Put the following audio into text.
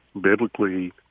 biblically